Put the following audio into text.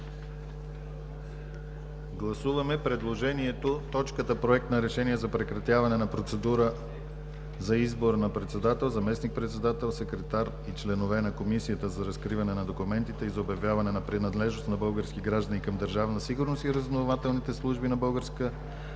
Гласуваме точката – Проект на решение за прекратяване на процедура за избор на председател, заместник-председател, секретар и членове на Комисията за разкриване на документите и за обявяване на принадлежност на български граждани към Държавна сигурност и разузнавателните служби на Българската